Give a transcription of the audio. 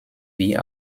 wie